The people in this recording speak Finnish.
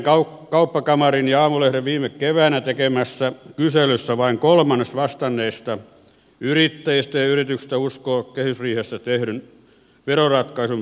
tampereen kauppakamarin ja aamulehden viime keväänä tekemässä kyselyssä vain kolmannes vastanneista yrittäjistä ja yrityksistä uskoo kehysriihessä tehdyn veroratkaisun parantavan työllisyyttä